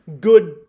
good